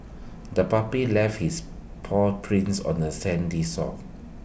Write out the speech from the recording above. the puppy left its paw prints on the sandy shore